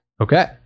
Okay